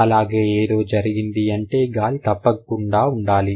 అలాగే ఎదో ఎగిరింది అంటే గాలి తప్పకుండా ఉండాలి